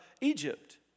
Egypt